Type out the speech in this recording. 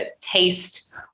taste